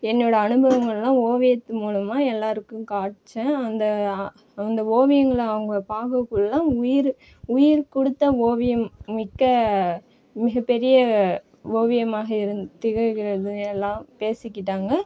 என்னோட அனுபவங்கள்லாம் ஓவியத்து மூலமாக எல்லாருக்கும் காம்பிச்சன் அந்த அந்த ஓவியங்களை அவங்க பார்க்ககுள்ள உயிர் உயிர் கொடுத்த ஓவியம் மிக்க மிக பெரிய ஓவியமாக இருந் திகழ்கிறது எல்லாம் பேசிக்கிட்டாங்க